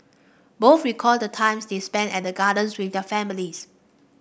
both recalled the times they spent at the gardens with their families